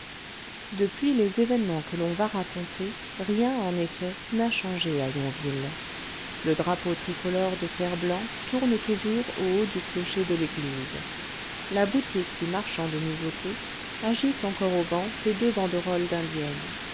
depuis les événements que l'on va raconter rien en effet n'a changé à yonville le drapeau tricolore de fer-blanc tourne toujours au haut du clocher de l'église la boutique du marchand de nouveautés agite encore au vent ses deux banderoles d'indienne